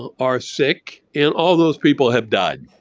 are sick and all those people have died.